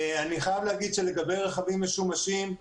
לגבי רכבים משומשים,